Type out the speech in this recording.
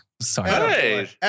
Sorry